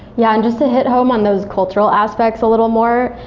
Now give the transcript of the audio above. yeah. just to hit home on those cultural aspects a little more,